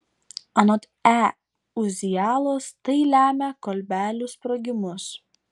anot e uzialos tai lemia kolbelių sprogimus